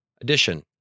Addition